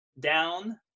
down